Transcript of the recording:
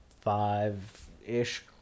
five-ish